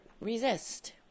resist